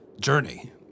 journey